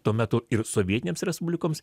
tuo metu ir sovietinėms respublikoms